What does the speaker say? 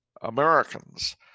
Americans